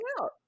out